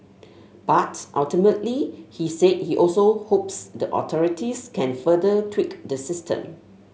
but ultimately he said he also hopes the authorities can further tweak the system